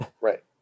Right